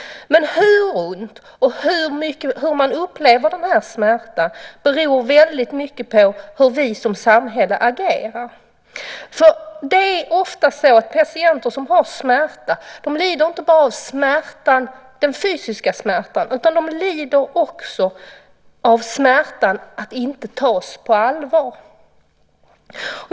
Men hur ont och hur man upplever smärtan beror väldigt mycket på hur vi som samhälle agerar. Det är ofta så att patienter som har smärta inte bara lider av den fysiska smärtan utan de lider också av smärtan att inte tas på allvar.